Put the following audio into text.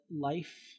life